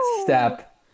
step